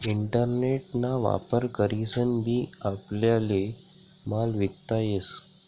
internet ना वापर करीसन बी आपल्याले माल विकता येस